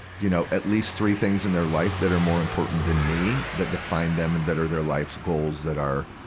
you know, at least three things in their life that are more important than me, that define them and that are their life's goals that are,